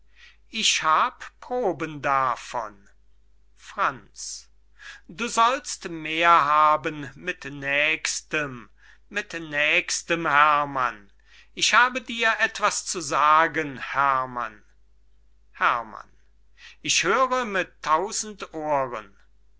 ich hab proben davon franz du sollst mehr haben mit nächstem mit nächstem herrmann ich habe dir etwas zu sagen herrmann herrmann ich höre mit tausend ohren